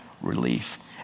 relief